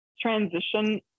transition